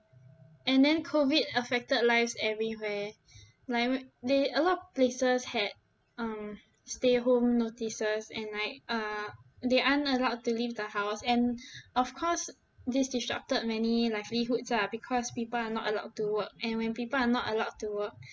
and then COVID affected lives everywhere like m~ there a lot of places had um stay home notices and like uh they aren't allowed to leave the house and of course this disrupted many livelihoods lah because people are not allowed to work and when people are not allowed to work